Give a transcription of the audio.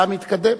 אתה מתקדם.